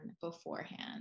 beforehand